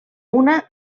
una